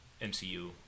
MCU